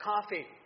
coffee